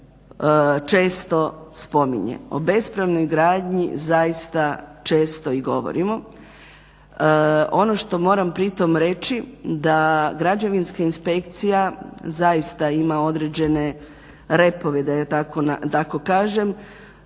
često spominje, o bespravnoj gradnji zaista često i govorimo. Ono što moramo pritom reći da građevinska inspekcija zaista ima određene repove da tako kažem.